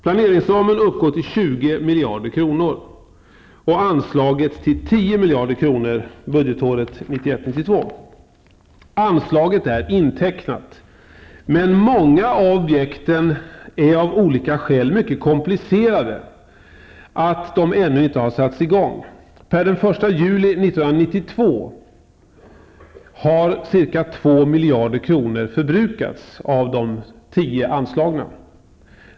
Planeringsramen uppgår till 20 miljarder kronor och anslaget till 10 miljarder kronor budgetåret 1991/92. Anslaget är intecknat. Men många av objekten är av olika skäl så komplicerade att de ännu inte satts i gång. Per den 1 juli 1991 kommer ca 2 miljarder kronor att ha förbrukats av de 10 anslagna.